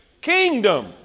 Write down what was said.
kingdom